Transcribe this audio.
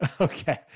okay